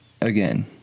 again